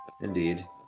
indeed